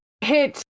hit